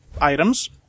items